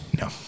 No